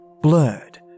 blurred